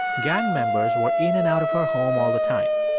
gang members were in and out of her home all the time.